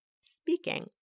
speaking